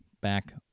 back